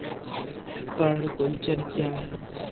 पर्ण कुंचन क्या है?